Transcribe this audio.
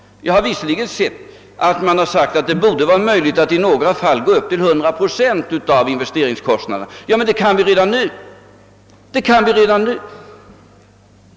Visserligen har man föreslagit att vi i några fall borde kunna gå upp till 100 procent av investeringskostnaderna, men det har vi redan möjlighet att göra.